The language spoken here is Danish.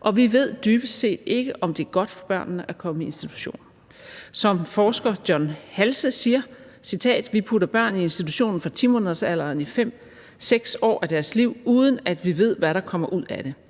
Og vi ved dybest set ikke, om det er godt for børnene at komme i institution. Som forsker John Halse siger: »Vi putter børn i institution fra 10 måneders alderen i fem-seks år af deres liv, uden at vi ved, hvad der kommer ud af det.